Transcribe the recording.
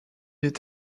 est